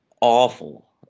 awful